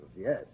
yes